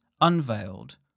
unveiled